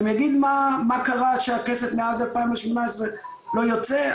גם אגיד מה קרה שהכסף מאז 2018 לא יוצא.